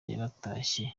yaratashye